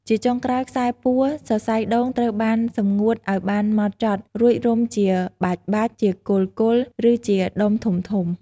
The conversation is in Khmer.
ជាចុងក្រោយ ខ្សែពួរសរសៃដូងត្រូវបានសម្ងួតឱ្យបានហ្មត់ចត់ រួចរុំជាបាច់ៗ ជាគល់ៗ ឬជាដុំធំៗ។